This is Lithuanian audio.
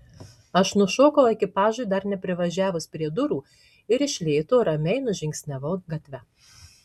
aš nušokau ekipažui dar neprivažiavus prie durų ir iš lėto ramiai nužingsniavau gatve